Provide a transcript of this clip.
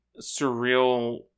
surreal